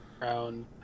round